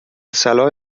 صلاح